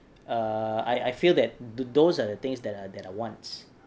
err I I feel that the those are the things that are that are wants